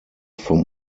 vom